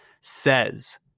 says